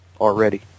already